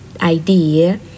idea